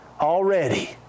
already